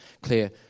clear